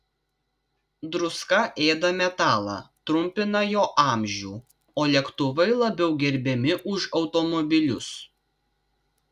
druska ėda metalą trumpina jo amžių o lėktuvai labiau gerbiami už automobilius